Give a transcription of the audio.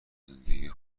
زندگی